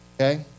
Okay